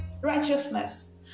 righteousness